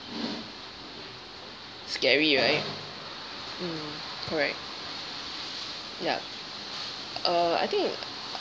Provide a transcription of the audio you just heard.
scary right mm correct ya uh I think